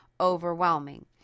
overwhelming